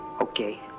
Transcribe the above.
Okay